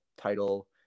title